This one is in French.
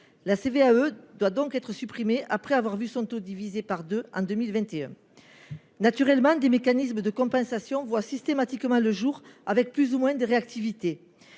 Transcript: la CVAE doit donc être supprimée après avoir vu son taux divisé par 2 en 2021 naturellement des mécanismes de compensation voient systématiquement le jour avec plus ou moins de réactivité,